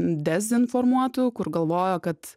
dezinformuotų kur galvojo kad